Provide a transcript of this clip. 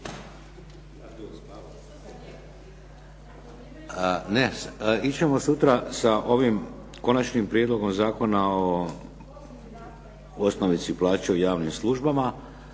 Ne, ići ćemo sutra sa ovim Konačnim prijedlogom zakona o osnovici plaće u javnim službama